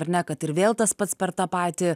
ar ne kad ir vėl tas pats per tą patį